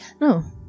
No